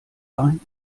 ein